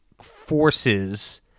forces